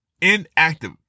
inactive